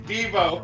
Devo